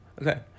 Okay